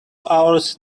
hours